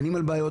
דנים על בעיות,